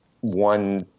one